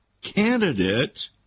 candidate